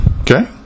Okay